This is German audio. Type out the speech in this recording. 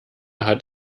hat